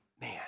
man